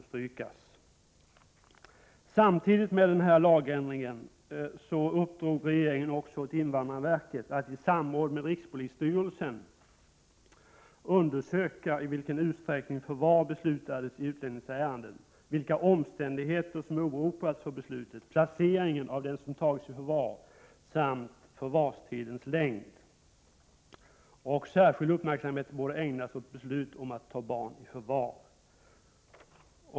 Samtidigt med denna lagändring uppdrog regeringen åt invandrarverket att i samråd med rikspolisstyrelsen undersöka i vilken utsträckning förvar beslutades i utlänningsärenden, vilka omständigheter som åberopats för beslutet, placeringen av den som tagits i förvar samt förvarstidens längd. Särskild uppmärksamhet borde ägnas åt beslut om att ta barn i förvar.